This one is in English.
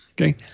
okay